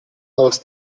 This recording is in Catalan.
els